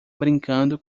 brincando